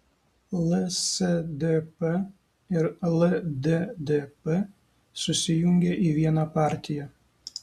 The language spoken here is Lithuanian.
lsdp ir lddp susijungė į vieną partiją